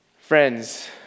Friends